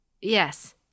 Yes